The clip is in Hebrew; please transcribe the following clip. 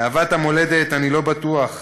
לאהבת המולדת, אני לא בטוח.